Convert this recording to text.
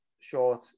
short